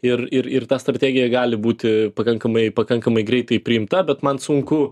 ir ir ir ta strategija gali būti pakankamai pakankamai greitai priimta bet man sunku